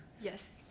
Yes